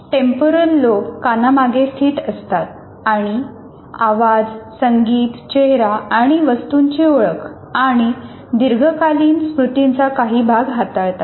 temporal lobe कानामागे स्थित असतात आणि आवाज संगीत चेहरा आणि वस्तूंची ओळख आणि दीर्घकालीन स्मृतींचा काही भाग हाताळतात